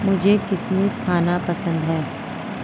मुझें किशमिश खाना पसंद है